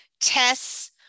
tests